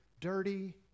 dirty